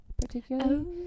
particularly